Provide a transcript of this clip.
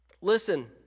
listen